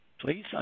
please